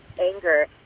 anger